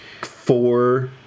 four